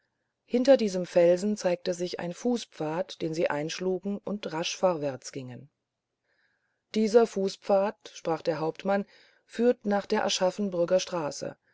hinter diesem felsen zeigte sich ein fußpfad den sie einschlugen und rasch vorwärts gingen dieser fußpfad sprach der hauptmann führt nach der aschaffenburger straße